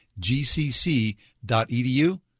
gcc.edu